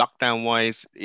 lockdown-wise